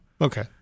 Okay